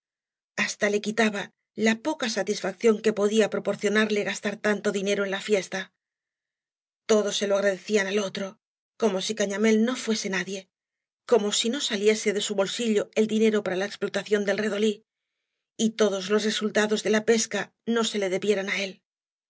hasta le quitaba la poca satisfacción que podía proporcionarle gabtar tanto dinero en la fiesta todo se lo agradecían al otro como i cañamél no fuege nadie como si no saliese de su bolsillo el dinero para la explotación del redolí j todos los resultados de la pesca no se le debieran á él